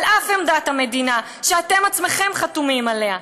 על אף עמדת המדינה, שאתם עצמכם חתומים עליה.